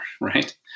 right